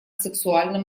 сексуальном